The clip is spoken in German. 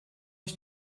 ich